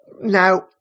Now